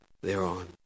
thereon